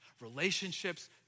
Relationships